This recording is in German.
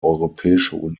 europäische